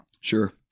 Sure